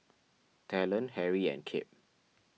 Talen Harry and Kip